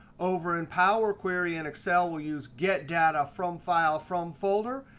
over in power query and excel, we'll use get data from file from folder.